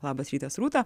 labas rytas rūta